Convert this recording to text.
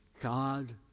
God